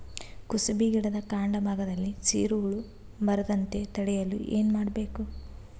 ಕುಸುಬಿ ಗಿಡದ ಕಾಂಡ ಭಾಗದಲ್ಲಿ ಸೀರು ಹುಳು ಬರದಂತೆ ತಡೆಯಲು ಏನ್ ಮಾಡಬೇಕು?